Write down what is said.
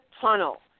tunnel